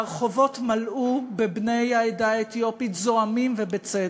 והרחובות מלאו בבני העדה האתיופית, זועמים, ובצדק.